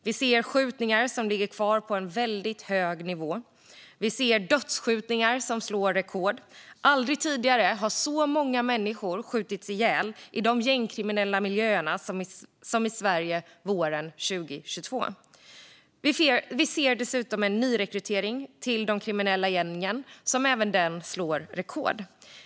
Vi ser skjutningar som ligger kvar på en väldigt hög nivå. Vi ser dödsskjutningar som slår rekord. Aldrig tidigare har så många människor skjutits ihjäl i de gängkriminella miljöerna som i Sverige våren 2022. Vi ser dessutom en nyrekrytering till de kriminella gängen som även den slår rekord.